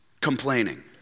complaining